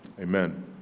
Amen